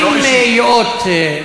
זוהי סוגיה מאוד חשובה,